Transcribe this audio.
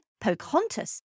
Pocahontas